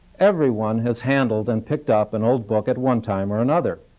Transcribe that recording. everyone has handled and picked up an old book at one time or another.